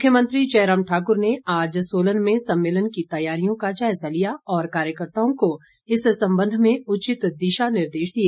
मुख्यमंत्री जयराम ठाकुर ने आज सोलन में सम्मेलन की तैयारियों का जायजा लिया और कार्यकर्ताओं को इस संबंध में उचित दिशा निर्देश दिए